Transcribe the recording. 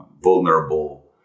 vulnerable